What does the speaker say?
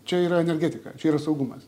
čia yra energetika čia yra saugumas